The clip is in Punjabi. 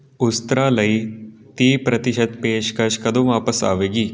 ਉਸਤਰਾ ਲਈ ਤੀਹ ਪ੍ਰਤੀਸ਼ਤ ਪੇਸ਼ਕਸ਼ ਕਦੋਂ ਵਾਪਸ ਆਵੇਗੀ